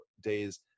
days